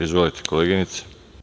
Izvolite, koleginice.